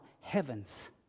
heavens